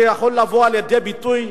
שיכול לבוא לידי ביטוי,